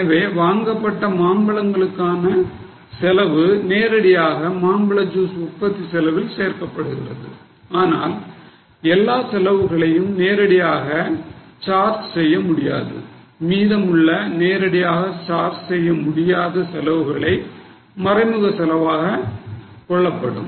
எனவே வாங்கப்பட்ட மாம்பழங்களுக்கான செலவு நேரடியாக மாம்பழ ஜூஸ் உற்பத்தி செலவில் சேர்க்கப்படுகிறது ஆனால் எல்லா செலவுகளையும் நேரடியாக சார்ச் செய்ய முடியாது மீதமுள்ள நேரடியாக சார்ச் செய்ய முடியாத செலவுகளை மறைமுக செலவாக கொள்ளப்படும்